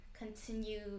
continue